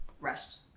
rest